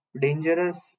dangerous